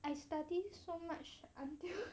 I study so much until